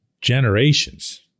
generations